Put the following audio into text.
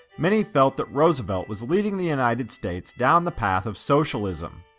many felt that roosevelt was leading the united states down the path of socialism.